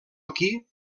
aquí